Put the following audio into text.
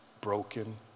broken